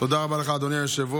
תודה רבה לך, אדוני היושב-ראש.